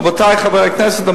רבותי חברי הכנסת,